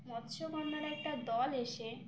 মৎস্যকন্যার একটা দল এসে